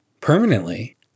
Permanently